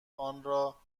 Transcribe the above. آنرا